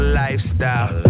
lifestyle